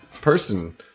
person